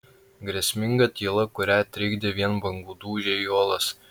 grėsminga tyla kurią trikdė vien bangų dūžiai į uolas